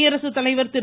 குடியரசுத்தலைவர் திரு